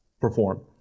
perform